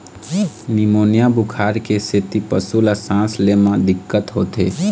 pneumonia बुखार के सेती पशु ल सांस ले म दिक्कत होथे